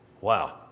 Wow